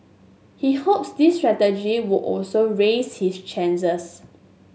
he hopes this strategy would also raise his chances